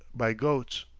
by goats.